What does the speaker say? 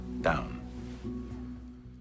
down